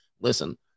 listen